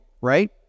right